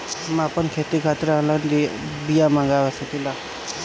हम आपन खेती खातिर का ऑनलाइन बिया मँगा सकिला?